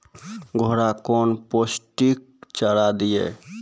घोड़ा कौन पोस्टिक चारा दिए?